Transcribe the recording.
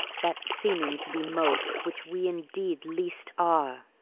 that seeming to be most which we indeed least are.